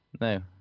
No